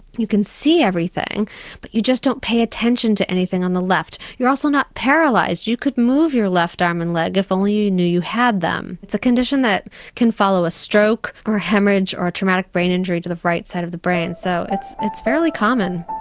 you can see everything but you just don't pay attention to anything on the left. you're also not paralysed, you could move your left arm and leg if only you knew you had them. it's a condition that can follow a stroke, a haemorrhage, or a traumatic brain injury to the right side of the brain. so it's it's very common.